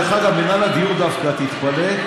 דרך אגב, מינהל הדיור דווקא, תתפלא,